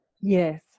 Yes